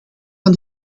van